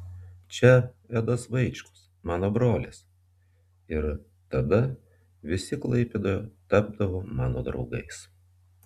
čia edas vaičkus mano brolis ir tada visi klaipėdoje tapdavo mano draugais